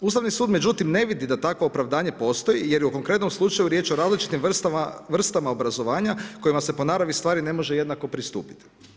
Ustavni sud međutim ne vidi da takvo opravdanje postoji, jer je u konkretnom slučaju riječ o različitim vrstama obrazovanja kojima se po naravi stvari ne može jednako pristupiti.